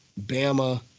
Bama